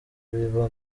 biba